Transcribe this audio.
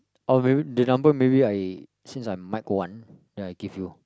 oh may the number maybe I'm since I'm mic one then I give you